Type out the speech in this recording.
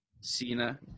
Cena